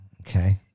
Okay